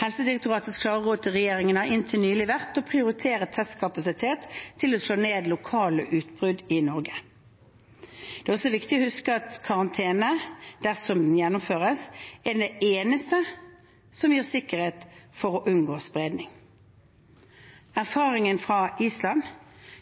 Helsedirektoratets klare råd til regjeringen har inntil nylig vært å prioritere testkapasiteten til å slå ned lokale utbrudd i Norge. Det er også viktig å huske at karantene, dersom den gjennomføres, er det eneste som gir sikkerhet for å unngå spredning. Erfaringene fra Island